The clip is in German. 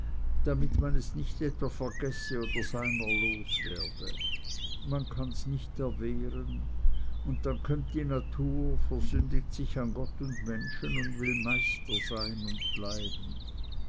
damit man es nicht etwa vergesse oder seiner los werde man kanns nicht erwehren und dann kömmt die natur versündigt sich an gott und menschen und will meister sein und bleiben